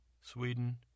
Sweden